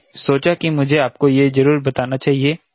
मैंने सोचा कि मुझे आपको यह जरूर बताना चाहिए